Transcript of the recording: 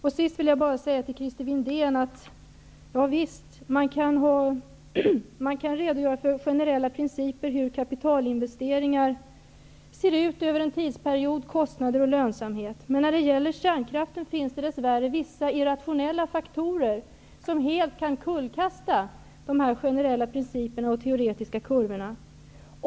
Till sist vill jag bara säga till Christer Windén att man visserligen kan redogöra för generella principer för hur kapitalinvesteringar ser ut över en tidsperiod i avseende på kostnader och lönsamhet, men när det gäller kärnkraften finns det vissa irrationella faktorer som helt kan kullkasta de generella principerna och de teoretiska kurvorna.